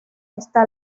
está